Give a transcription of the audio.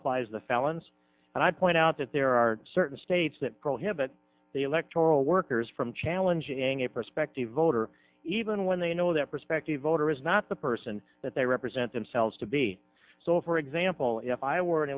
applies the felons and i point out that there are certain states that prohibit the electoral workers from challenging a prospective voter even when they know that prospective voter is not the person that they represent themselves to be so for example if i were an